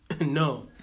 No